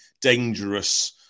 dangerous